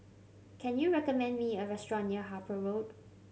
can you recommend me a restaurant near Harper Road